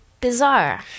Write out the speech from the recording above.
bizarre